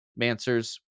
Mancers